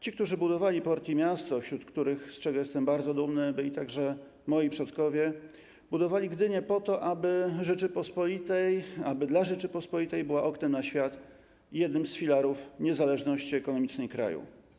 Ci, którzy budowali port i miasto, wśród których, z czego jestem bardzo dumny, byli także moi przodkowie, budowli Gdynię po to, aby dla Rzeczypospolitej była oknem na świat i jednym z filarów niezależności ekonomicznej kraju.